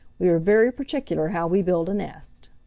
we are very particular how we build a nest.